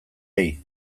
ari